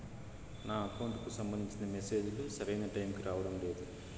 నా అకౌంట్ కు సంబంధించిన మెసేజ్ లు సరైన టైము కి రావడం లేదు